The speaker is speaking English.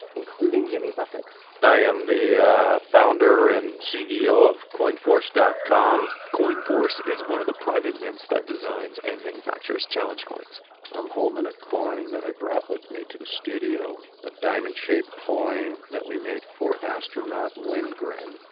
including jimmy buffett's i am the founder and ceo of coinforce dot com coinforce is one of the private mints that designs and manufactures challenge coins i'm holding a coin that i brought with me to the studio, a diamond-shaped coin that we made for astronaut lindgren.